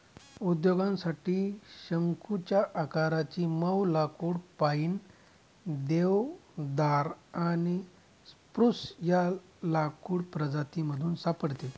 उद्योगासाठी शंकुच्या आकाराचे मऊ लाकुड पाईन, देवदार आणि स्प्रूस या लाकूड प्रजातीमधून सापडते